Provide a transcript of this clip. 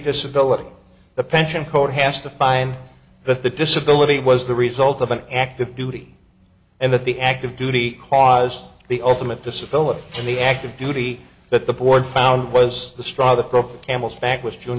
disability the pension court has to find that the disability was the result of an active duty and that the active duty caused the ultimate disability in the active duty that the board found was the straw the broke camel's back was june